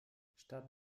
statt